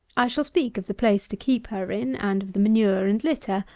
i shall speak of the place to keep her in, and of the manure and litter,